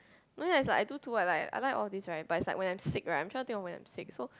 no is like I do two I like I like all these right but is like when I am sick right I not sure when I sick so